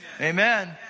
Amen